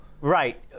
Right